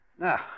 Now